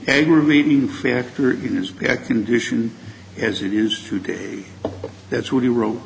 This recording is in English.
aggravating factor in his back condition as it is today that's what he wrote